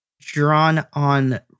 drawn-on